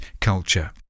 culture